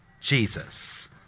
Jesus